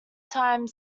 time